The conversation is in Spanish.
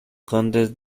condes